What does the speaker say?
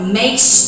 makes